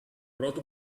πρώτο